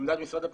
עמדת משרד הפנים.